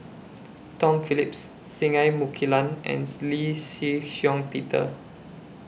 Tom Phillips Singai Mukilan and Lee Shih Shiong Peter